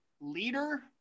leader